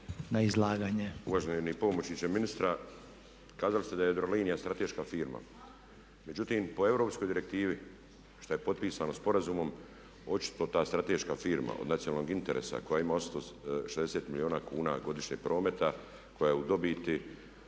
Uvaženi pomoćniče ministra! Kazali ste da je Jadrolinija strateška firma. Međutim, po europskoj direktivi što je potpisano sporazumom očito ta strateška firma od nacionalnog interesa koja ima očito 60 milijuna kuna godišnjeg prometa, koja je u dobiti